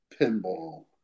pinball